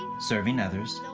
serving others,